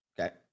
Okay